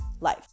life